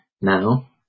now